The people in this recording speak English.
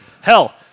hell